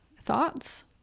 Thoughts